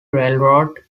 railroad